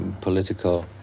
political